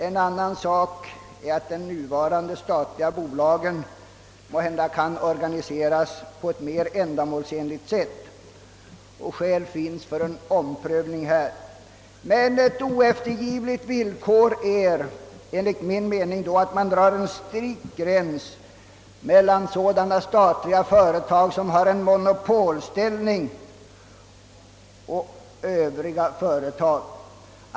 En annan sak är att de nuvarande statliga bolagen måhända kan organiseras på ett mera ändamålsenligt sätt, Skäl finns för en omprövning, men ett oeftergivligt villkor är, enligt min mening, att det dras en strikt gräns mellan sådana statliga företag, som har en monopolställning, och övriga företag.